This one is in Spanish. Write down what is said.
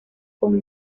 con